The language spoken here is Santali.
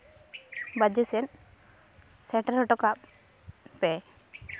ᱵᱟᱡᱮ ᱥᱮᱫ ᱥᱮᱴᱮᱨ ᱦᱚᱴᱚ ᱠᱟᱜ ᱯᱮ